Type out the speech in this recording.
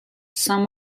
some